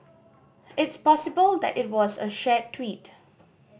it's possible that it was a shared tweet